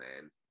man